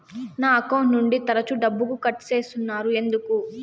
నా అకౌంట్ నుండి తరచు డబ్బుకు కట్ సేస్తున్నారు ఎందుకు